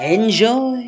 Enjoy